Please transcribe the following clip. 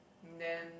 then